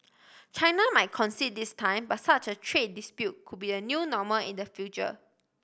China might concede this time but such a trade dispute could be the new normal in the future